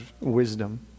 wisdom